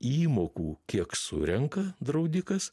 įmokų kiek surenka draudikas